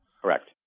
Correct